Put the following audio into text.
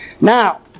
Now